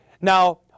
Now